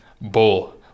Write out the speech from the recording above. bull